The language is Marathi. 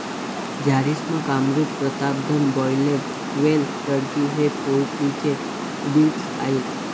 Jharsim, Kamrup, Pratapdhan, broiler, quail, turkey हे पोल्ट्री चे ब्रीड आहेत